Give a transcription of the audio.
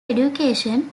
education